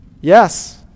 Yes